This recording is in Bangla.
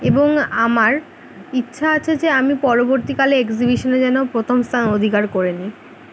এবং আমার ইচ্ছা আছে যে আমি পরবর্তীকালে এক্সিবিশনে যেন প্রথম স্থান অধিকার করে নিই